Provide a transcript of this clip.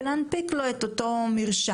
ולהנפיק את המרשם.